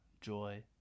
joy